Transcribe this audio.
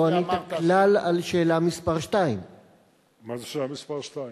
לא ענית כלל על שאלה מס' 2. מה זה שאלה מס' 2?